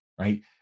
right